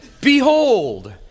behold